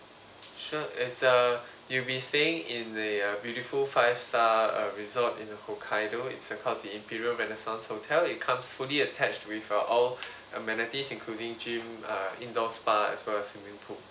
sure it's uh you'll be staying in the uh beautiful five star uh resort in the hokkaido it's uh called the imperial renaissance hotel it comes fully attached with uh all amenities including gym uh indoor spa as well as swimming pool